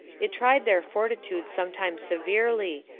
it tried their fortitude sometimes severely,